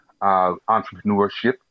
entrepreneurship